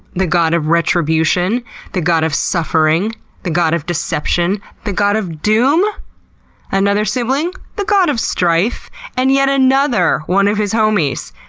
the god of retribution the god of suffering the god of deception the god of doom another sibling, the god of strife and yet another one of his homies,